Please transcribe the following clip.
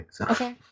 Okay